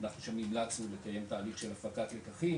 אנחנו המלצנו לקיים תהליך של הפקת לקחים